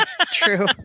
true